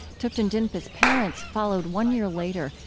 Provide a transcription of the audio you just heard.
thupten jinpa's parents followed one year later,